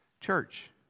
Church